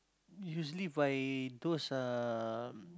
usually by those uh